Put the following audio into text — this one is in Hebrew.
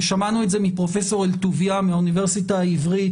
שמענו את זה מפרופ' אלטוביה מהאוניברסיטה העברית